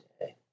today